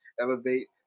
elevate